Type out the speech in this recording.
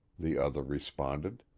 the other responded.